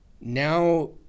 now